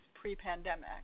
pre-pandemic